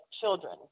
children